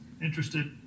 Interested